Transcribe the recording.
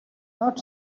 not